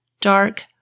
dark